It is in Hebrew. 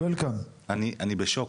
אני בשוק.